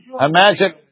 imagine